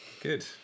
Good